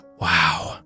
wow